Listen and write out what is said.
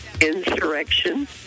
insurrection